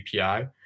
API